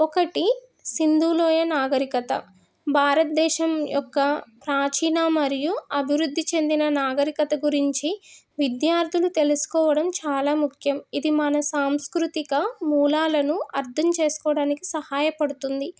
ఒకటి సింధు లోయ నాగరికత భారతదేశం యొక్క ప్రాచీన మరియు అభివృద్ధి చెందిన నాగరికత గురించి విద్యార్థులు తెలుసుకోవడం చాలా ముఖ్యం ఇది మన సాంస్కృతిక మూలాలను అర్థం చేసుకోవడానికి సహాయపడుతుంది